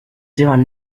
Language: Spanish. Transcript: llevan